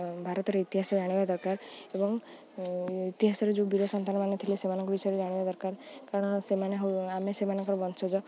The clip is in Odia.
ଭାରତର ଇତିହାସ ଜାଣିବା ଦରକାର ଏବଂ ଇତିହାସରେ ଯେଉଁ ବୀର ସନ୍ତାନମାନେ ଥିଲେ ସେମାନଙ୍କ ବିଷୟରେ ଜାଣିବା ଦରକାର କାରଣ ସେମାନେ ହଉ ଆମେ ସେମାନଙ୍କର ବଂଶଜ